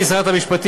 גברתי שרת המשפטים,